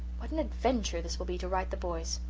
what an adventure this will be to write the boys.